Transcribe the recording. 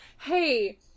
Hey